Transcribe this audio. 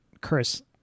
Chris